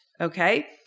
okay